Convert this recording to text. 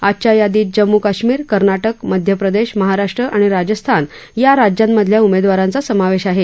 आजच्या यादीत जम्मू कश्मीर कर्नाटक मध्य प्रदेश महाराष्ट्र आणि राजस्थान या राज्यांमधील उमेदवारांचा समावेश आहे